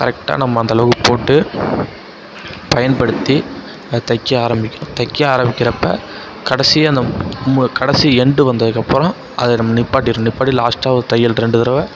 கரெக்ட்டாக நம்ம அந்த அளவுக்கு போட்டு பயன்படுத்தி அதை தைக்க ஆரம்பிக்கணும் தைக்க ஆரம்பிக்கிறப்ப கடைசியாக அந்த கடைசி எண்டு வந்ததுக்கு அப்புறம் அதை நம்ம நிற்பாட்டிடணும் நிற்பாட்டி லாஸ்ட்டாக ஒரு தையல் ரெண்டு தடவை